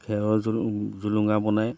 খেৰৰ জুলুঙা বনায়